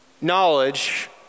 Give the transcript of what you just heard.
knowledge